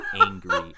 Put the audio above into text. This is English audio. angry